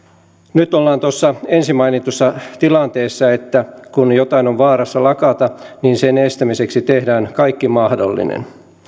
nyt ollaan tuossa ensin mainitussa tilanteessa että kun jotain on vaarassa lakata niin sen estämiseksi tehdään kaikki mahdollinen